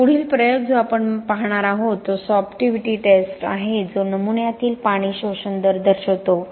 तर पुढील प्रयोग जो आपण पाहणार आहोत तो सॉर्प्टिव्हिटी टेस्ट आहे जो नमुन्यातील पाणी शोषण दर दर्शवतो